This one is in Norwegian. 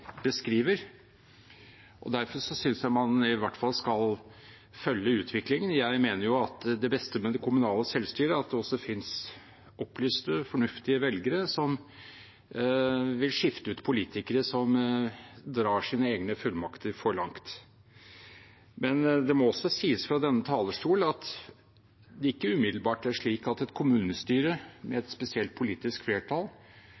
Derfor synes jeg man i hvert fall skal følge utviklingen. Jeg mener at det beste med det kommunale selvstyret er at det finnes opplyste, fornuftige velgere som vil skifte ut politikere som drar sine egne fullmakter for langt. Det må også sies fra denne talerstol at det ikke umiddelbart er slik at et kommunestyre med et spesielt politisk flertall